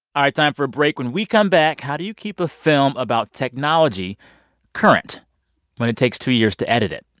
time for a break. when we come back, how do you keep a film about technology current when it takes two years to edit it?